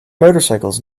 motorcycles